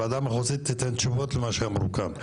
הוועדה המחוזית תיתן תשובות למה שאמרו כאן.